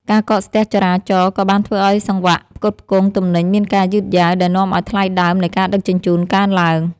ការកកស្ទះចរាចរណ៍ក៏បានធ្វើឱ្យសង្វាក់ផ្គត់ផ្គង់ទំនិញមានការយឺតយ៉ាវ ដែលនាំឱ្យថ្លៃដើមនៃការដឹកជញ្ជូនកើនឡើង។